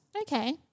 Okay